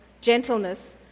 gentleness